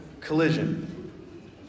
collision